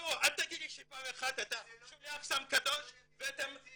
אל תגיד לי שפעם אחת אתה שולח את סם קדוש --- כי